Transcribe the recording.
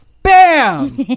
BAM